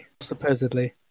supposedly